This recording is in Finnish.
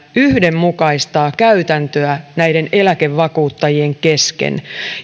yhdenmukaistaa käytäntöä näiden eläkevakuuttajien kesken